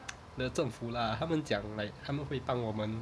the 政府 lah 他们讲 like 他们会帮我们